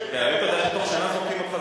אבל אם אתה יודע שבתוך שנה זורקים אותך,